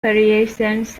variations